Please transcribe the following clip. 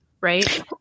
right